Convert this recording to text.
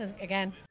again